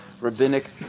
rabbinic